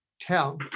tell